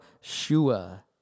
shua